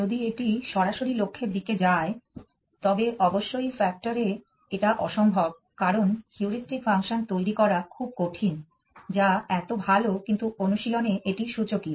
যদি এটি সরাসরি লক্ষ্যের দিকে যায় তবে অবশ্যই ফ্যাক্টর এ এটা অসম্ভব কারণ হিউরিস্টিক ফাংশন তৈরি করা খুব কঠিন যা এত ভাল কিন্তু অনুশীলনে এটি সূচকীয়